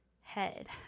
head